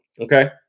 Okay